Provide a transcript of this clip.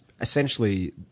essentially